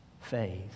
faith